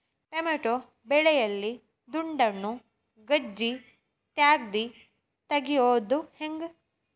Tomato ಬೆಳೆಯಲ್ಲಿ ದುಂಡಾಣು ಗಜ್ಗಿ ವ್ಯಾಧಿ ತಡಿಯೊದ ಹೆಂಗ್?